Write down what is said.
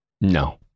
No